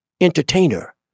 entertainer